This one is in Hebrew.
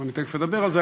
ותכף אדבר על זה,